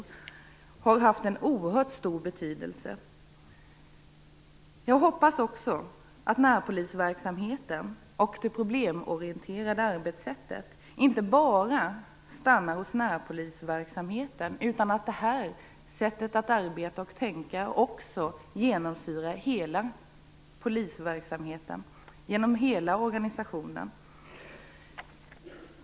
Det har haft en oerhört stor betydelse. Jag hoppas att närpolisverksamheten och det problemorienterade arbetssättet inte bara stannar hos närpolisverksamheten utan att detta sätt att arbeta och tänka också genomsyrar hela polisverksamheten genom hela organisationen.